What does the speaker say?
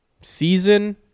season